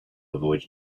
avoid